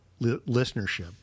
listenership